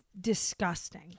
disgusting